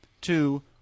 two